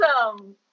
Awesome